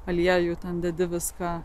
aliejų tam dedi viską